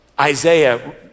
Isaiah